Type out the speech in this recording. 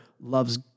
loves